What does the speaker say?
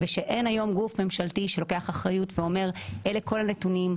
ושאין היום גוף ממשלתי שלוקח אחריות ואומר: אלה כל הנתונים,